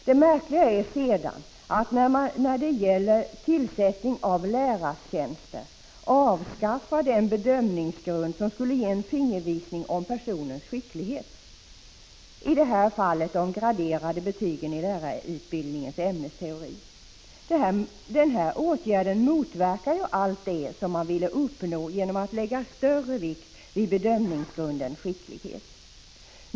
Det märkliga är sedan att man när det gäller tillsättning av lärartjänster avskaffar den bedömningsgrund som skulle ge en fingervisning om personens skicklighet, i det här fallet de graderade betygen i lärarutbildningens ämnesteori. Den här åtgärden motverkar ju allt det man ville uppnå genom att lägga större vikt vid bedömningsgrunden skicklighet.